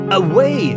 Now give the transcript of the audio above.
away